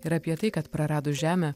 ir apie tai kad praradus žemę